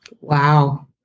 Wow